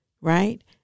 right